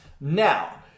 Now